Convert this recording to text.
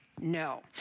No